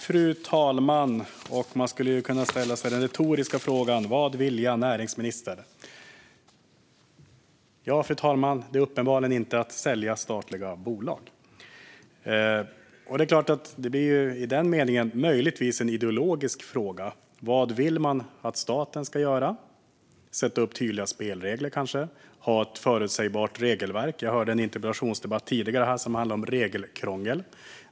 Fru talman! Man skulle kunna ställa den retoriska frågan: Vad vilja näringsministern? Ja, fru talman, det är uppenbarligen inte att sälja statliga bolag. I den meningen blir det möjligen en ideologisk fråga. Vad vill man att staten ska göra? Kanske sätta upp tydliga spelregler eller ha ett förutsägbart regelverk? Jag lyssnade till en tidigare interpellationsdebatt här som handlade om regelkrångel.